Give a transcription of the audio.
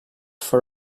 for